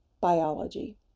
biology